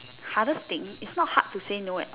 hardest thing it's not hard to say no at all